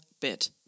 bit